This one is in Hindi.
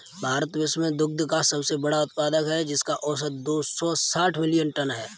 भारत विश्व में दुग्ध का सबसे बड़ा उत्पादक है, जिसका औसत दो सौ साठ मिलियन टन है